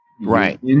right